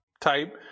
type